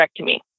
hysterectomy